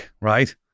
right